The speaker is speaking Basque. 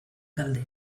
galde